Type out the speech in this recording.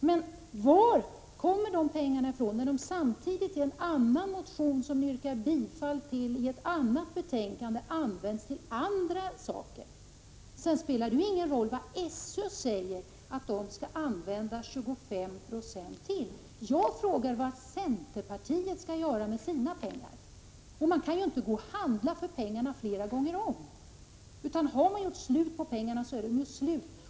Men var kommer dessa pengar från, som man samtidigt, i en annan motion, föreslår skall användas till andra saker? Sedan spelar det ingen roll vad SÖ säger om att använda ytterligare 25 96. Jag frågar vad centerpartiet skall göra med de pengar som centerpartiet vill använda. Man kan ju inte gå och handla för sina pengar flera gånger om! Har man förbrukat pengarna, så är de ju slut.